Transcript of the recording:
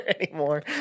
anymore